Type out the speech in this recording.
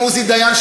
עם עוזי דיין,